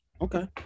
Okay